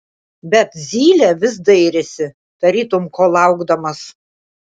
bet zylė vis dairėsi tarytum ko laukdamas